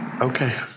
Okay